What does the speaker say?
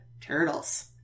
turtles